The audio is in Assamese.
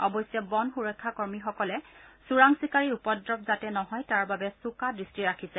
অৱশ্যে বন সুৰক্ষা কৰ্মীসকলে চোৰাং চিকাৰীৰ উপদ্ৰব যাতে নহয় তাৰ বাবে চোকা দৃষ্টি ৰাখিছে